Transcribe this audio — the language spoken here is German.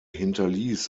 hinterließ